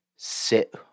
sit